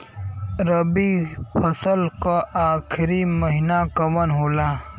रवि फसल क आखरी महीना कवन होला?